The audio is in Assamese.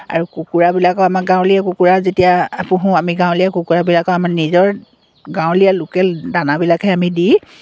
আৰু কুকুৰাবিলাকো আমাৰ গাঁৱলীয়া কুকুৰা যেতিয়া আমি পুহোঁ আমি গাঁৱলীয়া কুকুৰাবিলাকো আমাৰ নিজৰ গাঁৱলীয়া লোকেল দানাবিলাকহে আমি দি